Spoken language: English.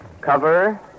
Cover